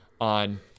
on